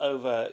Over